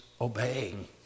obeying